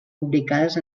publicades